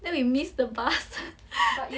then we miss the bus